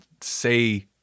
say